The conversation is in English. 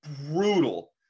brutal